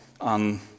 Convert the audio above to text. on